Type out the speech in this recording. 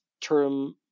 term